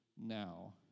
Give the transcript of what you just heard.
now